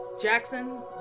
Jackson